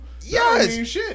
Yes